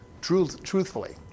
truthfully